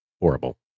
horrible